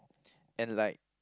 and like